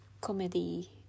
comedy